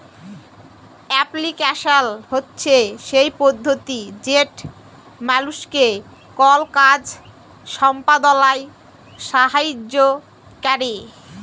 application হছে সেই পদ্ধতি যেট মালুসকে কল কাজ সম্পাদলায় সাহাইয্য ক্যরে